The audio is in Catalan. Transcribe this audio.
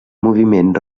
moviment